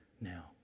Now